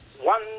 one